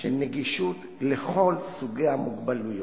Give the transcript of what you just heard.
של נגישות לכל סוגי המוגבלויות.